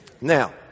Now